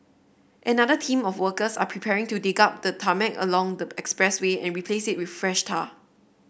another team of workers are preparing to dig up the tarmac along the expressway and replace it with fresh tar